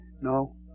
No